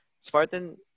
Spartan